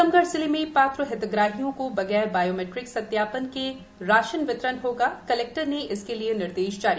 टीकमगढ जिले मे पात्र हितग्राहियों को बगैर बायोमैट्रिक सत्यापन के होगा राशन वितरण कलैक़टर ने किए निर्देश जारी